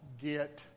get